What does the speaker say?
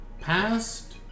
Past